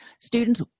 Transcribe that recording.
students